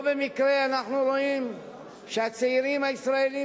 לא במקרה אנחנו רואים שהצעירים הישראלים